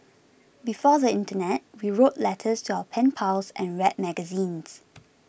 before the internet we wrote letters to our pen pals and read magazines